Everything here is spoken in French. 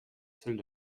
celles